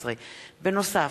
התשע"ב 2012,